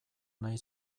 nahi